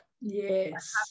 Yes